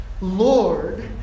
Lord